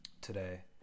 today